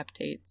updates